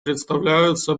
представляются